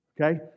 Okay